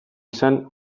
izan